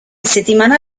settimana